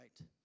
right